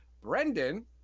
Brendan